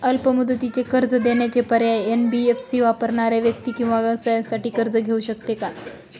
अल्प मुदतीचे कर्ज देण्याचे पर्याय, एन.बी.एफ.सी वापरणाऱ्या व्यक्ती किंवा व्यवसायांसाठी कर्ज घेऊ शकते का?